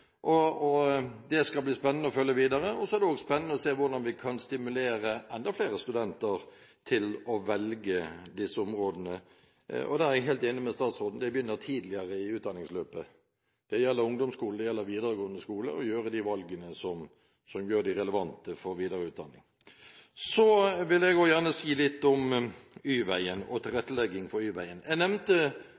og det skal bli spennende å følge videre. Det blir også spennende å se om vi kan stimulere enda flere studenter til å velge disse områdene. Der er jeg helt enig med statsråden i at man må begynne tidligere i utdanningsløpet – i ungdomsskolen og i videregående skole – å gjøre de valgene som er relevante for videre utdanning. Jeg vil også gjerne si litt om Y-veien og tilrettelegging for den. Jeg nevnte